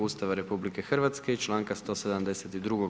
Ustava RH i članka 172.